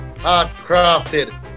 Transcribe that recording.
hard-crafted